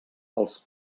els